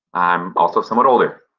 i'm also somewhat older.